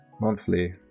monthly